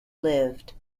lived